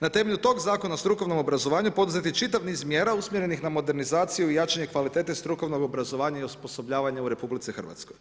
Na temelju tog Zakona o strukovnom obrazovanju, poduzet je čitav niz mjera usmjerenih na modernizaciju i jačanju kvalitete strukovnog obrazovanja i osposobljavanja u RH.